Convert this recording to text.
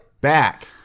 back